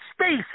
space